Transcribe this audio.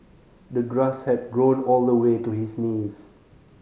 the grass had grown all the way to his knees